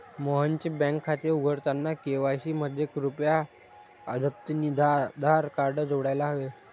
मोहनचे बँक खाते उघडताना के.वाय.सी मध्ये कृपया अद्यतनितआधार कार्ड जोडायला हवे